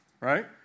Right